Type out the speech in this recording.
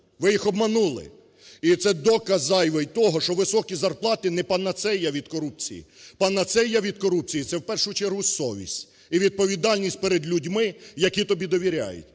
ви їх обманули. І це доказ зайвий того, що високі зарплати не панацея від корупції – панацея від корупції це в першу чергу совість і відповідальність перед людьми, які тобі довіряють.